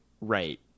Right